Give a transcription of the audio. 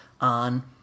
on